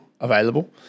available